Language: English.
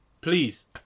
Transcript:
please